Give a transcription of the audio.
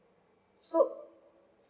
so